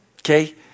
Okay